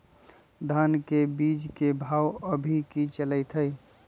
धान के बीज के भाव अभी की चलतई हई?